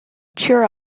cheer